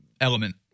element